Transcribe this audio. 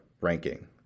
ranking